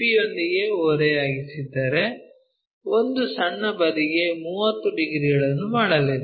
P ಯೊಂದಿಗೆ ಓರೆಯಾಗಿಸಿದರೆ ಒಂದು ಸಣ್ಣ ಬದಿಗಳಿಗೆ 30 ಡಿಗ್ರಿಗಳನ್ನು ಮಾಡಲಿದೆ